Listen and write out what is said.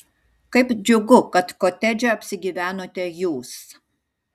kaip džiugu kad kotedže apsigyvenote jūs